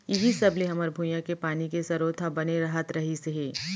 इहीं सब ले हमर भुंइया के पानी के सरोत ह बने रहत रहिस हे